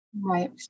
right